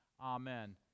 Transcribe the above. Amen